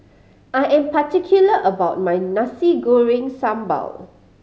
I am particular about my Nasi Goreng Sambal